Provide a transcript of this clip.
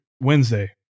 Wednesday